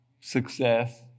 success